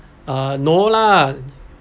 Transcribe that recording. uh no lah